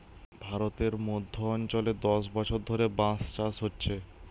ভারতের মধ্য অঞ্চলে দশ বছর ধরে বাঁশ চাষ হচ্ছে